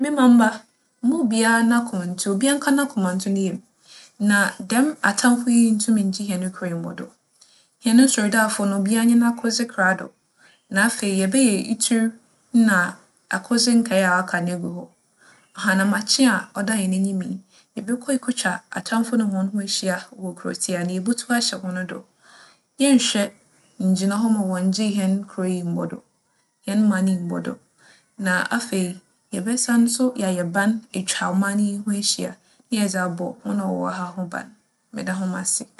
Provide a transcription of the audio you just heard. Me mamba, mma obiara n'akoma nntu. Obiara nka n'akoma nto ne yamu na dɛm atamfo yi nntum nngye hɛn kurow yi mmbͻ do. Hɛn nsordaafo no obiara nyɛ n'akodze krado, na afei yɛbɛyɛ itur na akodze nkaa a aka no egu hͻ. Ahanamakye a ͻda hɛn enyim yi, yɛbͻkͻ ekotwa atamfo no hͻnho ehyia wͻ kurowtsia na yebotu ahyɛ hͻn do. Yɛnnhwɛ nngyina hͻ ma wͻnngye hɛn kurow yi mmbͻ do - hɛn man yi mmbͻ do na afei, yɛbɛsan so yɛayɛ ban etwa ͻman yi ho ehyia na yɛdze abͻ hͻn a wͻwͻ ha no ho ban. Meda hom ase!